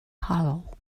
hollow